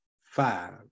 five